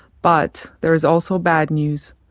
but there is also bad news.